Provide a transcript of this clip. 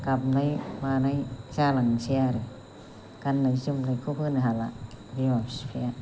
गाबनाय मानाय जालाङोसै आरो गाननाय जोमनायखौ होनो हाला बिमा बिफाया